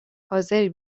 حاضری